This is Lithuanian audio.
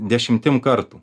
dešimtim kartų